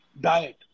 diet